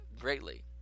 greatly